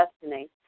destiny